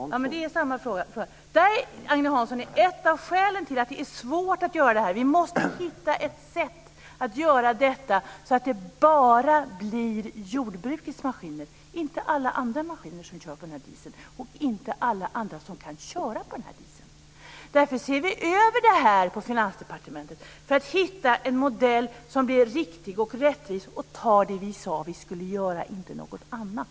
Herr talman! Det är samma fråga. Detta, Agne Hansson, är ett av skälen till att det är svårt att göra det här. Vi måste hitta ett sätt att göra detta så att det bara blir jordbrukets maskiner som kör på den här dieseln, inte alla andra maskiner. Därför ser man över detta på Finansdepartementet för att hitta en modell som är riktig och rättvis och tar det vi sade att vi skulle göra och inte något annat.